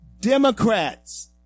Democrats